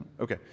Okay